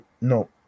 no